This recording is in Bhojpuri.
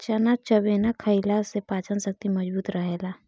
चना चबेना खईला से पाचन शक्ति मजबूत रहेला